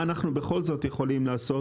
מה אנחנו בכל זאת יכולים לעשות,